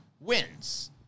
wins